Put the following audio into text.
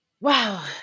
wow